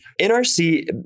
NRC